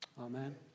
Amen